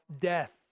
death